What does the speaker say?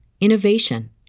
innovation